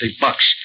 bucks